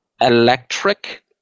electric